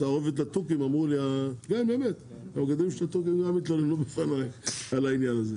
בתערובת התוכים --- התלוננו בכלל על העניין הזה.